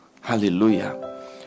Hallelujah